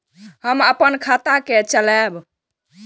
हम अपन खाता के चलाब?